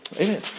Amen